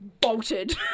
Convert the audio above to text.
bolted